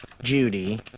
Judy